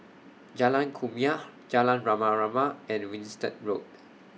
Jalan Kumia Jalan Rama Rama and Winstedt Road